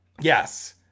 yes